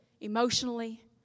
emotionally